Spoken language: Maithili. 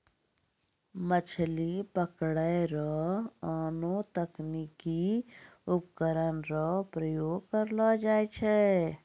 मछली पकड़ै रो आनो तकनीकी उपकरण रो प्रयोग करलो जाय छै